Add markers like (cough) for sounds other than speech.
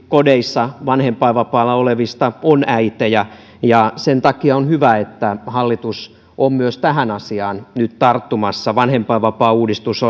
kodeissa vanhempainvapaalla olevista on tietysti äitejä ja sen takia on hyvä että hallitus on myös tähän asiaan nyt tarttumassa vanhempainvapaauudistus (unintelligible)